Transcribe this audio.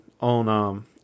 on